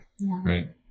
right